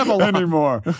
anymore